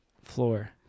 floor